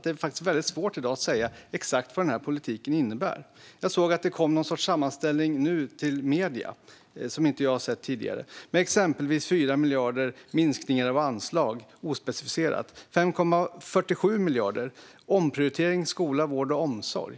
Det är faktiskt väldigt svårt att i dag säga exakt vad denna politik innebär. Jag såg att det nu kom någon sorts sammanställning till medier som jag inte har sett tidigare med exempelvis ospecificerade minskningar av anslag om 4 miljarder och 5,47 miljarder som rör omprioritering inom skola, vård och omsorg.